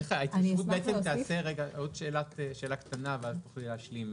איך תיעשה ההתקשרות?